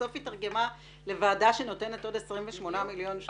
בסוף היא היתרגמה לוועדה שנותנת עוד 28 מיליון שקלים?